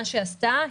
מה שעשתה,